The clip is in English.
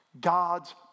God's